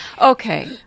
Okay